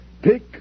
Pick